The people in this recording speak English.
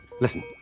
Listen